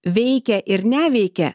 veikia ir neveikia